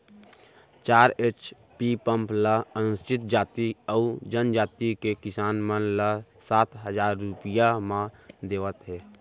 चार HP pump ल अनुसूचित जाति अउ जनजाति के किसान मन ल सात हजार रूपिया म देवत हे